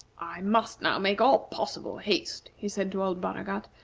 i must now make all possible haste, he said to old baragat,